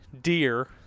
deer